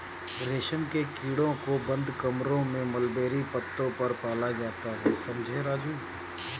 रेशम के कीड़ों को बंद कमरों में मलबेरी पत्तों पर पाला जाता है समझे राजू